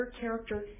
character